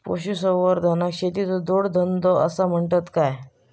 पशुसंवर्धनाक शेतीचो जोडधंदो आसा म्हणतत काय?